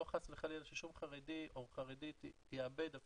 לא חס וחלילה ששום חרדי או חרדית יאבדו